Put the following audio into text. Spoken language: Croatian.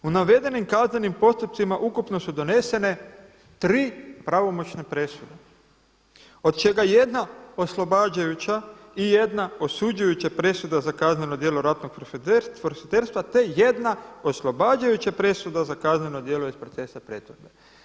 U navedenim kaznenim postupcima ukupno su donesene 3 pravomoćne presude od čega je jedna oslobađajuća i jedna osuđujuća presuda za kazneno djelo ratnog profiterstva te jedna oslobađajuća presuda za kazneno djelo iz procesa pretvorbe.